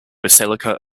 basilica